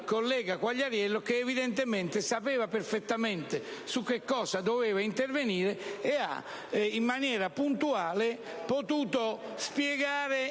collega Quagliariello, che evidentemente sapeva perfettamente su che cosa doveva intervenire e ha potuto spiegare